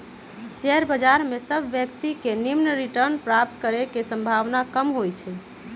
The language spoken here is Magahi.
शेयर बजार में सभ व्यक्तिय के निम्मन रिटर्न प्राप्त करे के संभावना कम होइ छइ